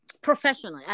professionally